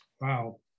Wow